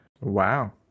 wow